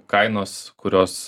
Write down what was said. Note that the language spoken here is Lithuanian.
kainos kurios